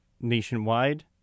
nationwide